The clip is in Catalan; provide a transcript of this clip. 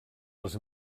les